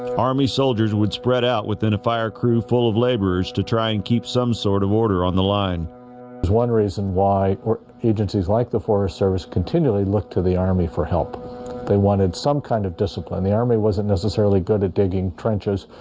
army soldiers would spread out within a fire crew full of laborers to try and keep some sort of order on the line there's one reason why agencies like the forest service continually looked to the army for help they wanted some kind of discipline the army wasn't necessarily good at digging trenches